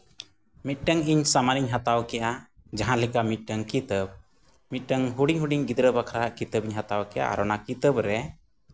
ᱢᱤᱫᱴᱟᱹᱝ ᱤᱧ ᱥᱟᱢᱟᱱᱤᱧ ᱦᱟᱛᱟᱣ ᱠᱮᱜᱼᱟ ᱡᱟᱦᱟᱸᱞᱮᱠᱟ ᱢᱤᱫᱴᱟᱹᱝ ᱠᱤᱛᱟᱹᱵᱽ ᱢᱤᱫᱴᱟᱹᱝ ᱦᱩᱰᱤᱧ ᱦᱩᱰᱤᱧ ᱜᱤᱫᱽᱨᱟᱹ ᱵᱟᱠᱷᱨᱟ ᱦᱟᱜ ᱠᱤᱛᱟᱹᱵᱤᱧ ᱦᱟᱛᱟᱣ ᱠᱮᱭᱟ ᱟᱨ ᱚᱱᱟ ᱠᱤᱛᱟᱹᱵᱽ ᱨᱮ